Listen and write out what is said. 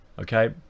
okay